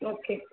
okay